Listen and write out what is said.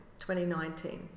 2019